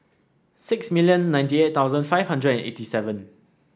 six million ninety eight thousand five hundred and eighty seven